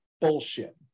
bullshit